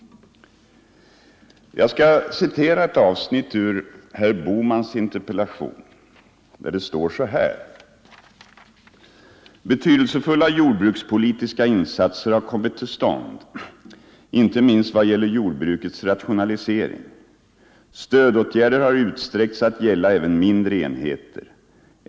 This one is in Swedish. Jag skall citera ett avsnitt ur herr Bohmans interpellation, där det står: ”Betydelsefulla jordbrukspolitiska insatser har kommit till stånd, inte minst vad gäller jordbrukets rationalisering. Stödåtgärder har utsträckts att gälla även mindre enheter.